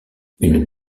une